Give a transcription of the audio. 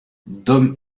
dom